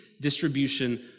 distribution